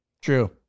true